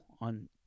on